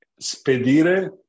Spedire